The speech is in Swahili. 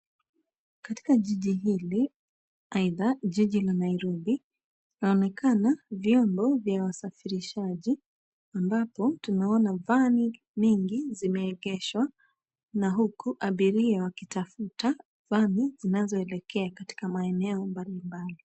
Katika jiji hili, aidha jiji la Nairobi, yaonekana vyombo ya wasafirishaji ambapo tunaona vani mingi zimeegeshwa na huku abiria wakitafuta vani zinazoelekea katika maeneo mbalimbali.